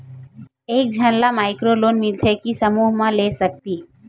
एक झन ला माइक्रो लोन मिलथे कि समूह मा ले सकती?